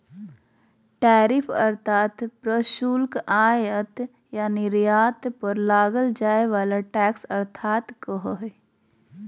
tariff अर्थात् प्रशुल्क आयात या निर्यात पर लगाल जाय वला टैक्स अर्थात् कर हइ